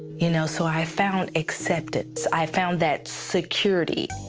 you know so i found acceptance. i found that security.